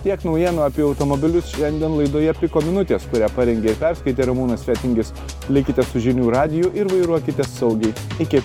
tiek naujienų apie automobilius šiandien laidoje piko minutės kurią parengė ir perskaitė ramūnas fetingis likite su žinių radiju ir vairuokite saugiai iki